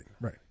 right